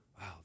Wow